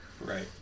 Right